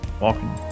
Walking